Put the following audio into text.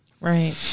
Right